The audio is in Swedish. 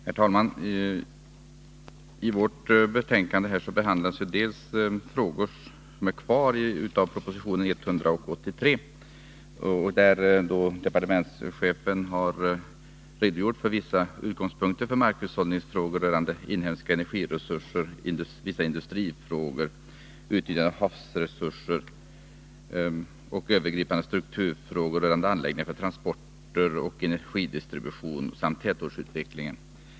Herr talman! I civilutskottets betänkande nr 1 behandlas en del frågor som är kvar när det gäller proposition 183. Departementschefen har redogjort för vissa utgångspunkter för markhushållningsfrågor rörande inhemska energiresurser, vissa industrifrågor, utnyttjande av havsresurser samt vissa övergripande strukturfrågor rörande anläggningar för transporter och energidistribution samt tätortsutvecklingen.